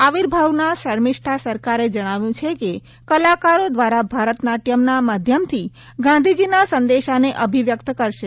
આવિર્ભાવના શર્મિષ્ઠા સરકારે જણાવ્યું છે કે કલાકારો દ્વારા ભરત નાટ્યમના માધ્યમથી ગાંધીજીના સંદેશાને અભિવ્યક્ત કરશે